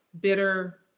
Bitter